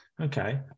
Okay